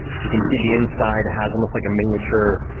you can see the inside has almost like a miniature,